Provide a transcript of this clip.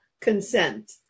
consent